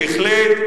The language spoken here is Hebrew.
בהחלט,